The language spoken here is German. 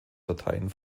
dateien